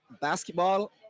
basketball